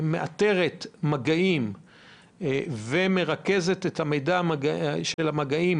שמאתרת מגעים ומרכזת את המידע של המגעים,